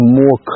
more